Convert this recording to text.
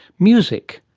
music.